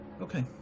okay